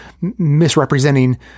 misrepresenting